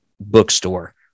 bookstore